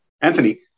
Anthony